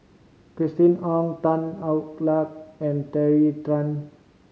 Christina Ong Tan Hwa Luck and Tracey Tan